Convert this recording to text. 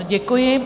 Děkuji.